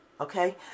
Okay